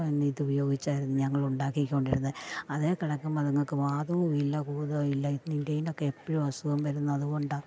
ഇത് ഉപയോഗിച്ചായിരുന്നു ഞങ്ങൾ ഉണ്ടാക്കിക്കൊണ്ടിരുന്നത് അതിൽ കിടക്കുമ്പം അത്ങ്ങൾക്ക് വാതവും ഇല്ല കൂതവും ഇല്ല നിൻ്റെതിനൊക്കെ എപ്പഴും അസുഖം വരുന്നത് അത് കൊണ്ടാ